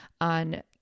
on